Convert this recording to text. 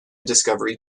discovery